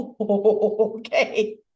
okay